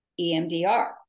EMDR